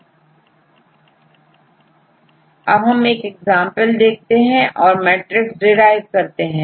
यहां हम एक एग्जांपल देखते हैं और मैट्रिक्स derive करते हैं